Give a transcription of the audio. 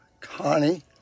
Connie